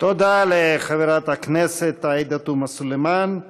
תודה לחברת הכנסת עאידה תומא סלימאן.